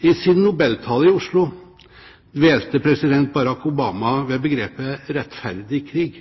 I sin nobeltale i Oslo dvelte president Barack Obama ved begrepet «rettferdig krig».